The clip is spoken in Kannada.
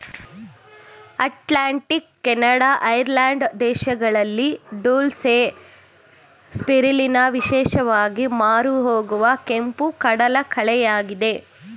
ಅಟ್ಲಾಂಟಿಕ್, ಕೆನಡಾ, ಐರ್ಲ್ಯಾಂಡ್ ದೇಶಗಳಲ್ಲಿ ಡುಲ್ಸೆ, ಸ್ಪಿರಿಲಿನಾ ವಿಶೇಷವಾಗಿ ಮಾರುಹೋಗುವ ಕೆಂಪು ಕಡಲಕಳೆಯಾಗಿದೆ